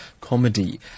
comedy